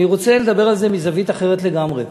אני רוצה לדבר על זה מזווית אחרת לגמרי.